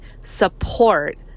support